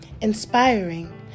inspiring